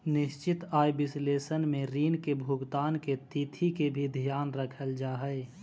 निश्चित आय विश्लेषण में ऋण के भुगतान के तिथि के भी ध्यान रखल जा हई